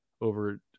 over